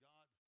God